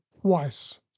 twice